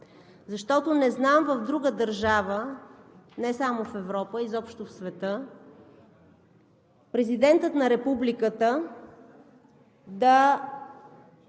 Защото не знам в друга държава, не само в Европа, а изобщо в света, президентът на Републиката да